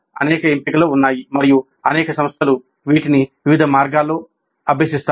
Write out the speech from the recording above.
అనేక ఎంపికలు ఉన్నాయి మరియు అనేక సంస్థలు వీటిని వివిధ మార్గాల్లో అభ్యసిస్తాయి